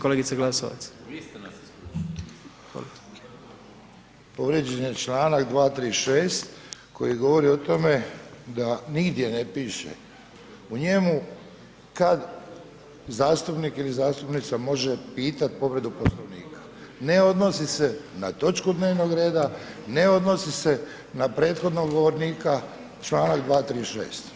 Povrijeđen je članak 236. koji govori o tome da nigdje ne piše u njemu kada zastupnik ili zastupnica može pitati povredu Poslovnika, ne odnosi se na točku dnevnog reda, ne odnosi se na prethodnog govornika, članak 236.